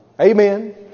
Amen